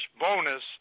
bonus